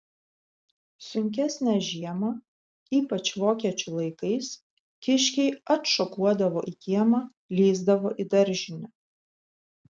sunkesnę žiemą ypač vokiečių laikais kiškiai atšokuodavo į kiemą lįsdavo į daržinę